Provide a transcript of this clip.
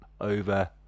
over